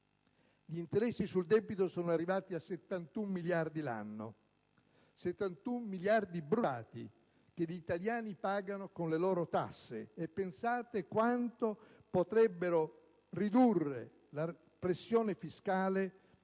Gli interessi sul debito sono arrivati a 71 miliardi l'anno. Sono 71 miliardi bruciati, che gli italiani pagano con le loro tasse. Pensate di quanto si potrebbe ridurre la pressione fiscale se avessimo